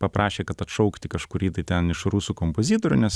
paprašė kad atšaukti kažkurį tai ten iš rusų kompozitorių nes